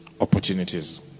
opportunities